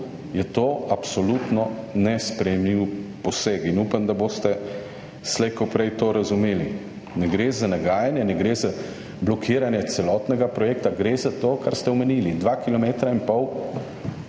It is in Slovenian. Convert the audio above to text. je to absolutno nesprejemljiv poseg in upam, da boste slej ko prej to razumeli. Ne gre za nagajanje, ne gre za blokiranje celotnega projekta, gre za to, kar ste omenili. 2 kilometra in pol